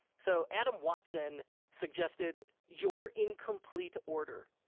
so adam watson suggested, your incomplete order,